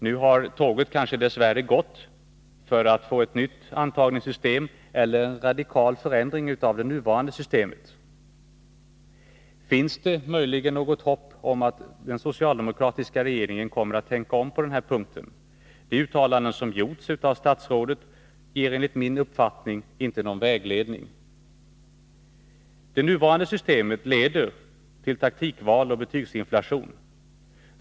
Nu har dess värre tåget kanske gått för att få ett nytt antagningssystem eller en radikal förändring av det nuvarande systemet. Finns det möjligen något hopp om att den socialdemokratiska regeringen kommer att tänka om på den här punkten? De uttalanden som gjorts av statsrådet ger enligt min uppfattning inte någon vägledning. Det nuvarande systemet leder till taktikval och betygsinflation.